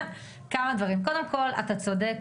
קודם כל, אתה צודק.